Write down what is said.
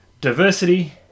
diversity